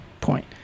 point